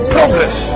Progress